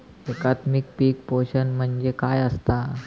एकात्मिक पीक पोषण म्हणजे काय असतां?